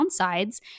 downsides